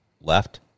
left